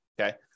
Okay